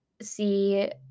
see